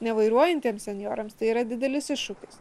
ne vairuojantiems senjorams tai yra didelis iššūkis